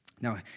Now